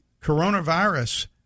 coronavirus